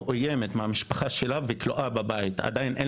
שמאוימת מצד המשפחה שלה וכלואה בבית,